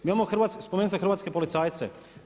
Mi imamo, spomenuli ste hrvatske policajce.